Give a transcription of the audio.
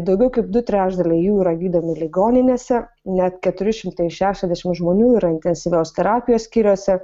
daugiau kaip du trečdaliai jų yra gydomi ligoninėse net keturi šimtai šešiasdešimt žmonių yra intensyvios terapijos skyriuose